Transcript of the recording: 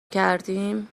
کردیم